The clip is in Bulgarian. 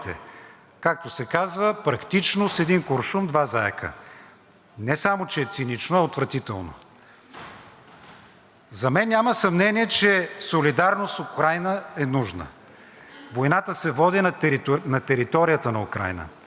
За мен няма съмнение, че солидарност с Украйна е нужна. Войната се води на територията на Украйна. Възмутително е, че срещу зимата стотици хиляди остават без ток, без вода, без отопление,